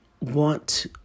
want